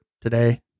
today